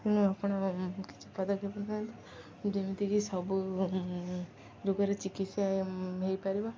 ତେଣୁ ଆପଣ କିଛି ପଦକ୍ଷେପ ନିଅନ୍ତୁ ଯେମିତିକି ସବୁ ରୋଗର ଚିକିତ୍ସା ହେଇପାରିବ